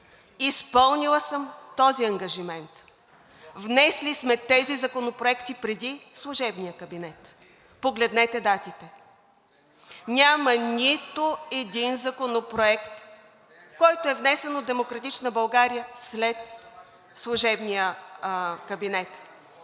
Изпълнила съм този ангажимент. Внесли сме тези законопроекти преди служебния кабинет. Погледнете датите. Няма нито един законопроект, внесен от „Демократична България“ след служебния кабинет.